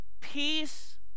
peace